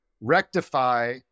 rectify